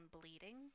bleeding